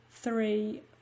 Three